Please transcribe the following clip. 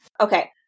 okay